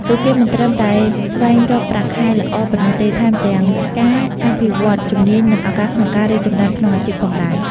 ពួកគេមិនត្រឹមតែស្វែងរកប្រាក់ខែល្អប៉ុណ្ណោះទេ ថែមទាំងការអភិវឌ្ឍន៍ជំនាញ និងឱកាសក្នុងការរីកចម្រើនក្នុងអាជីពផងដែរ។